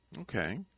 Okay